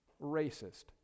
racist